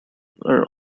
were